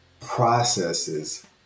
processes